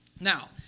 Now